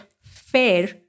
fair